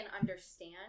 understand